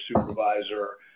supervisor